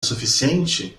suficiente